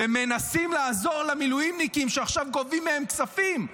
ומנסים לעזור למילואימניקים שעכשיו גובים מהם כספים.